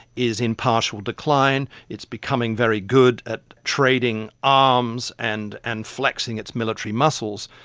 is in partial decline. it's becoming very good at trading arms and and flexing its military muscles,